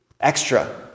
Extra